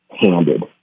handed